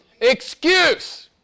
Excuse